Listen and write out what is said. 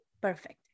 perfect